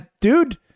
Dude